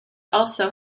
also